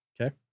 okay